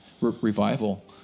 revival